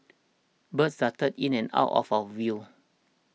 birds darted in and out of our view